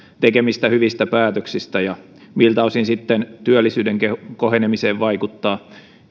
tekemistä hyvistä päätöksistä ja miltä osin sitten työllisyyden kohenemiseen vaikuttaa